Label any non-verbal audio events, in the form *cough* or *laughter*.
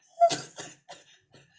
*laughs*